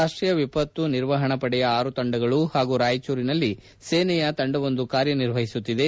ರಾಷ್ಷೀಯ ವಿಪತ್ತು ನಿರ್ವಹಣಾ ಪಡೆಯ ಆರು ತಂಡಗಳು ಹಾಗೂ ರಾಯಚೂರಿನಲ್ಲಿ ಸೇನೆಯ ತಂಡವೊಂದು ಕಾರ್ಯನಿರ್ವಹಿಸುತ್ತಿದೆ